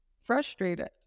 frustrated